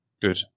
Good